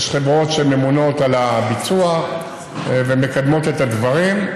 יש חברות שממונות על הביצוע ומקדמות את הדברים.